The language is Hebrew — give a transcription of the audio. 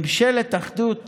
ממשלת אחדות